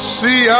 see